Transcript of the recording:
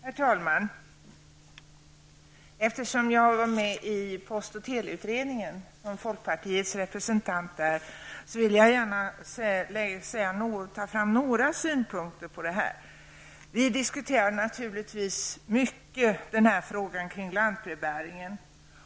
Herr talman! Eftersom jag var folkpartiets representant i post och teleutredningen vill jag gärna ta fram några synpunkter på detta. Vi diskuterade naturligtvis frågan om lantbrevbäring mycket.